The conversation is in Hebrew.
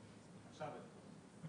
פערי הידע שלנו.